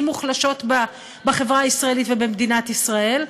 מוחלשות בחברה הישראלית ובמדינת ישראל,